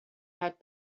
had